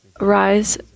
rise